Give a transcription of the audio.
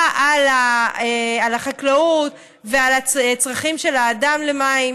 על החקלאות והצרכים של האדם למים.